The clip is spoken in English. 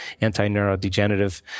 anti-neurodegenerative